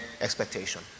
expectation